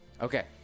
Okay